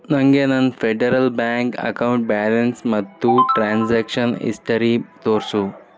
ನನಗೆ ನನ್ನ Federal Bank account balance ಮತ್ತು ಟ್ರಾನ್ಸಾಕ್ಷನ್ ಹಿಸ್ಟರಿ ತೋರಿಸು